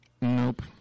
Nope